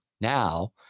now